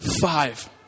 Five